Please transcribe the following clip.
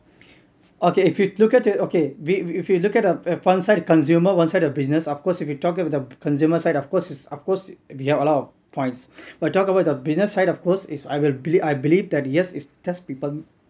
okay if you look at it okay we if you look at one side consumer one side business of course you could talk with a consumer side of course is of course you have a lot of points but talk about the business side of course is I will I believe that yours is just people